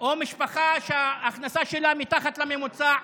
או משפחה שההכנסה שלה מתחת לממוצע,